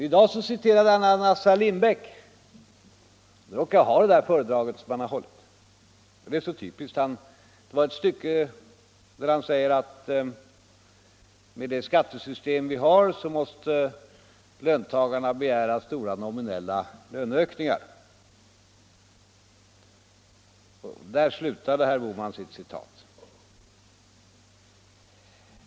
I dag citerade han Assar Lindbeck och det föredraget råkade jag ha. Citatet var taget ur ett stycke där han säger att med det skattesystem vi har måste löntagarna begära stora nominella löneökningar. Där slutade herr Bohman sitt citat.